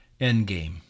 Endgame